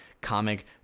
comic